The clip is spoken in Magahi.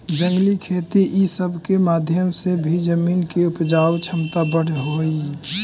जंगली खेती ई सब के माध्यम से भी जमीन के उपजाऊ छमता बढ़ हई